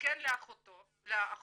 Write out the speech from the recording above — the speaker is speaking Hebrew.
וכן לאחות המבקשת,